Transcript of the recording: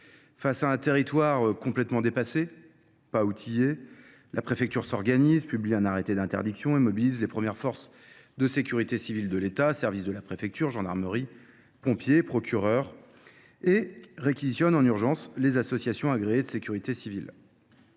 Parce que le territoire est complètement dépassé et non outillé, la préfecture s’organise, publie un arrêté d’interdiction et mobilise les premières forces de sécurité civile de l’État : services de la préfecture, gendarmerie, pompiers, procureur. Par ailleurs, elle réquisitionne en urgence les associations agréées de sécurité civile.